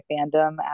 fandom